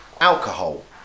alcohol